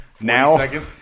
now